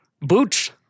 Boots